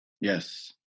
Yes